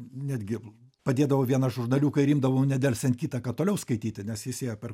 netgi padėdavau vieną žurnaliuką ir imdavau nedelsiant kitą kad toliau skaityti nes jis ėjo per